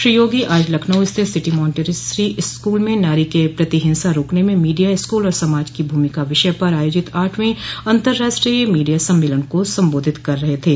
श्री योगी आज लखनऊ स्थित City Montessori School में नारी के प्रति हिंसा रोकने में मीडिया स्कूल और समाज की भूमिका विषय पर आयोजित आठवें अन्तर्राष्ट्रीय मीडिया सम्मेलन को सम्बोधित कर रहे थे